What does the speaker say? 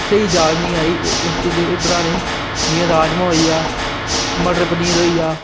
स्हेई जाच निं आई ओह् उस चीज़ै गी बनाने ई जियां राजमां होइया मटर पनीर होइया